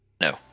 no